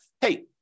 hey